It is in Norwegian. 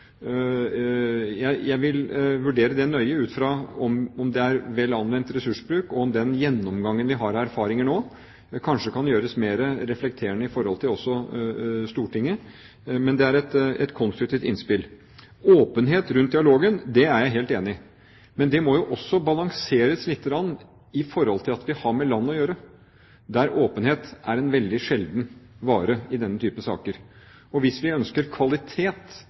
Jeg vil vurdere det nøye ut fra om det er vel anvendt ressursbruk, og om den gjennomgangen vi har av erfaringer nå, kanskje kan gjøres mer reflekterende i forhold til også Stortinget. Men det er et konstruktivt innspill. Åpenhet rundt dialogen er jeg helt enig i, men det må også balanseres litt fordi vi har å gjøre med land der åpenhet er en veldig sjelden vare i denne type saker. Hvis vi ønsker kvalitet